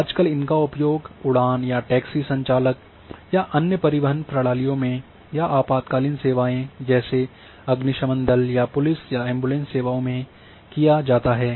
आजकल इनका उपयोग उड़ान या टैक्सी संचालक या अन्य परिवहन प्रणालियों में या आपातकालीन सेवाओं जैसे अग्निशमन दल या पुलिस या एंबुलेंस सेवाओं में किया जाता है